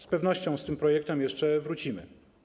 Z pewnością z tym projektem jeszcze wrócimy.